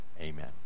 Amen